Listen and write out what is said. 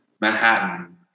Manhattan